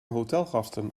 hotelgasten